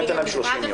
בואי ניתן להם 30 יום.